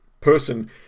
person